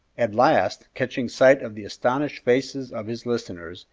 at last, catching sight of the astonished faces of his listeners,